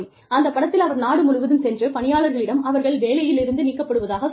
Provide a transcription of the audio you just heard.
அந்த படத்தில் அவர் நாடு முழுவதும் சென்று பணியாளர்களிடம் அவர்கள் வேலையிலிருந்து நீக்கப்பட்டதாகச் சொல்வார்